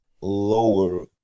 lower